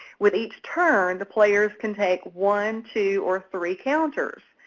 with each turn, the players can take one, two, or three counters.